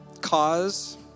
cause